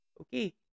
Okay